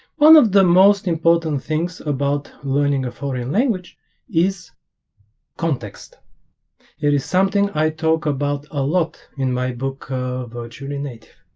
one of the most important things about learning a foreign language is context it is something i talk about a lot in my book virtually native